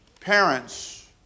parents